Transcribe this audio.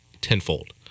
tenfold